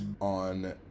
on